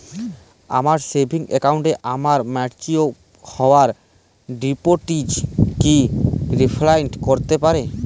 আমার সেভিংস অ্যাকাউন্টে আমার ম্যাচিওর হওয়া ডিপোজিট কি রিফ্লেক্ট করতে পারে?